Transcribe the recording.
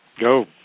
Go